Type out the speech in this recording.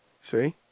See